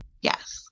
Yes